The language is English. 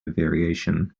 variation